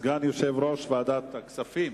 סגן יושב-ראש ועדת הכספים,